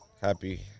Happy